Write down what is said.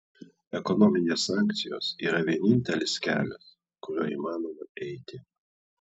ekonominės sankcijos yra vienintelis kelias kuriuo įmanoma eiti